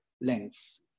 length